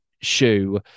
shoe